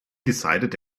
decided